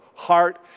heart